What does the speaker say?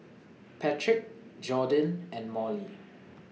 Patric Jordin and Molly